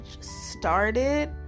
started